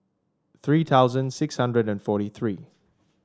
three thousand six hundred and forty three